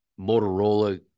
Motorola